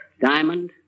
Diamond